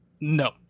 No